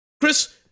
Chris